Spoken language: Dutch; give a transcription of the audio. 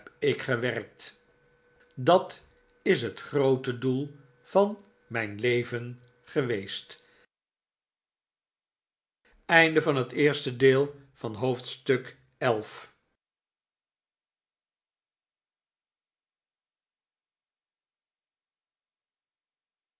ik gewerkt dat is het groote doel van mijn leven geweest